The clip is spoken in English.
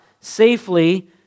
safely